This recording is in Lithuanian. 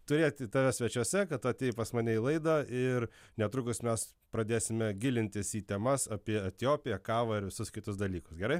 turėti tave svečiuose kad atėjai pas mane į laidą ir netrukus mes pradėsime gilintis į temas apie etiopiją kavą ir visus kitus dalykus gerai